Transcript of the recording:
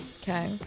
Okay